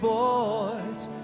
voice